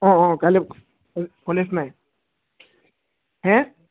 অঁ অঁ কাইলৈ কলেজ নাই হে